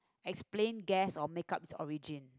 explain guess or make up its origin